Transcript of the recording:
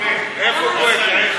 איפה גואטה?